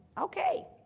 Okay